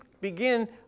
begin